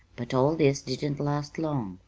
but all this didn't last long,